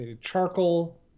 charcoal